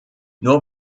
nur